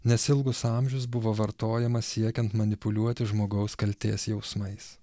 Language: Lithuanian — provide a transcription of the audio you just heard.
nes ilgus amžius buvo vartojamas siekiant manipuliuoti žmogaus kaltės jausmais